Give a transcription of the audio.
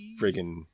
freaking